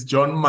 John